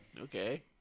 okay